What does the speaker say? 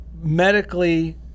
medically